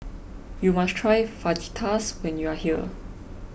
you must try Fajitas when you are here